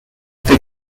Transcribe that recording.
the